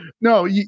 No